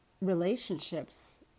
relationships